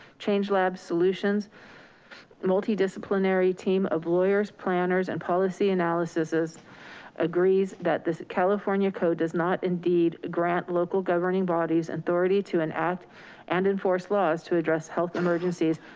change labs solutions' multidisciplinary team of lawyers, planners, and policy analysis agrees that this california code does not indeed grant local governing bodies authority to enact and enforce laws to address health emergencies.